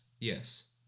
Yes